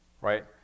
right